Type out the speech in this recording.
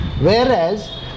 Whereas